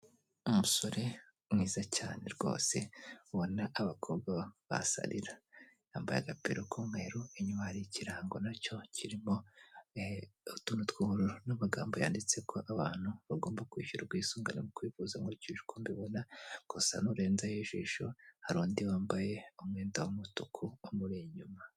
Umusore mwiza cyane rwose, ubona abakobwa basarira. Yambaye agapira k'umweru inyuma hari ikirango nacyo kirimo utuntu tw'ubururu, n'amagambo yanditse ko abantu bagomba kwishyura ubwiwisugane mu kwivuza nkurikije uko mbibona. Gusa n'urenzaho ijisho, hari undi wambaye umwenda w'umutuku amuri inyuma.